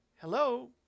hello